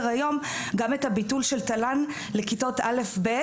היום גם את הביטול של תל"ן לכיתות א'-ב',